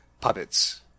puppets